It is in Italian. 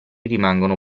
rimangono